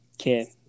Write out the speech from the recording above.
Okay